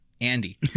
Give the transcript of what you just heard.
Andy